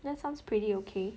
that sounds pretty okay